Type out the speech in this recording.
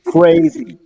Crazy